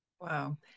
Wow